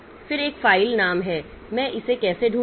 फिर एक फ़ाइल नाम है मैं इसे कैसे ढूँढूं